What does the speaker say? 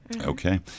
Okay